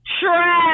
Trash